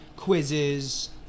Quizzes